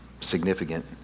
significant